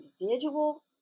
individual